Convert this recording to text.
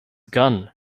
gun